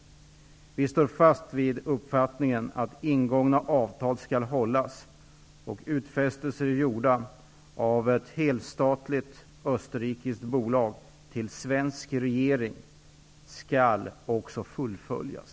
Vi står fast vid uppfattningen att ingångna avtal skall hållas. Utfästelser gjorda av ett helstatligt österrikiskt bolag till en svensk regering skall fullföljas.